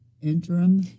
interim